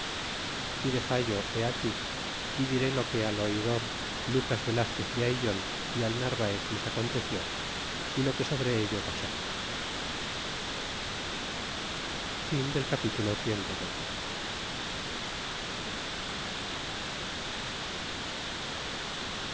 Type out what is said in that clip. y dexallo he aquí y diré lo que al oidor lucas velazquez de aillon y al narvaez les aconteció y lo que sobre ello pasó capitulo